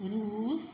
Russia